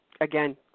Again